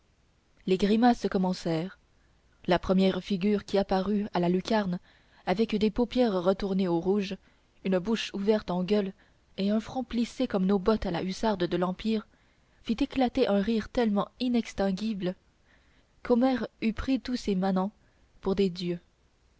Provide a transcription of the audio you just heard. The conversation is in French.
les grimaces commencèrent la première figure qui apparut à la lucarne avec des paupières retournées au rouge une bouche ouverte en gueule et un front plissé comme nos bottes à la hussarde de l'empire fit éclater un rire tellement inextinguible qu'homère eût pris tous ces manants pour des dieux